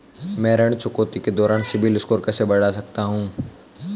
मैं ऋण चुकौती के दौरान सिबिल स्कोर कैसे बढ़ा सकता हूं?